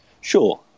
Sure